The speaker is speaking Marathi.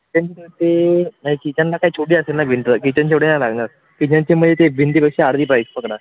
किचनचं ते मग आहे किचनला काय छोटी असेल ना भिंत किचनचे एवढे नाही लागणार किचनचे म्हणजे ते भिंती पेक्षा अर्धी पाईप पकडा